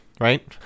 right